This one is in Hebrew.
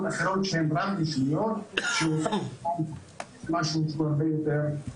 אחרות שהן רב-לשוניות שהופך את התרגום למשהו שהוא הרבה יותר מסודר.